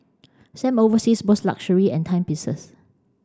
Sam oversees both luxury and timepieces